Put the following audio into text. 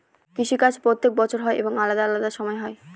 কৃষি কাজ প্রত্যেক বছর হয় এবং আলাদা আলাদা সময় হয়